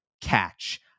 catch